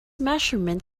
measurement